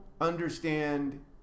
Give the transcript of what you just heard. understand